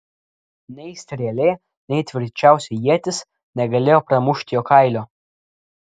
nei strėlė nei tvirčiausia ietis negalėjo pramušti jo kailio